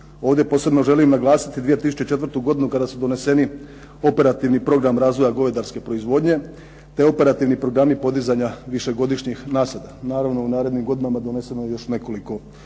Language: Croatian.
Ovdje posebno želim naglasiti 2004. godinu kada su doneseni operativni program razvoja govedarske proizvodnje, te operativni programi podizanja višegodišnjih nasada. Naravno u narednim godinama doneseno je još nekoliko